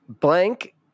blank